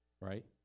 right